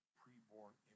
pre-born